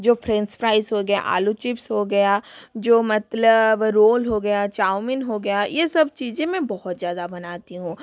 जो french fries हो गया आलू चिप्स गया जो मतलब रोल हो गया चाऊमीन हो गया ये सब चीज़ें में बहुत ज़्यादा बनाती हूँ